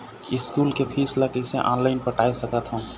School के fees ला कैसे ऑनलाइन पटाए सकत हव?